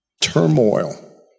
turmoil